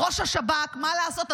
מה לעשות,